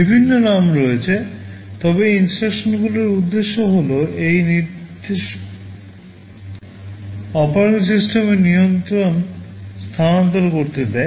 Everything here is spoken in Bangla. বিভিন্ন নাম রয়েছে তবে এই INSTRUCTIONগুলির উদ্দেশ্য হল এই নির্দেশ অপারেটিং সিস্টেমে নিয়ন্ত্রণ স্থানান্তর করতে দেয়